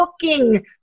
cooking